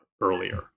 earlier